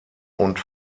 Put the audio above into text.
und